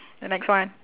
the next one